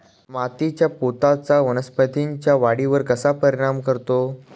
मातीच्या पोतचा वनस्पतींच्या वाढीवर कसा परिणाम करतो?